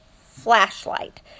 flashlight